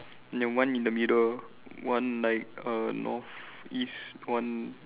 then one in the middle one like err north east one